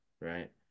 right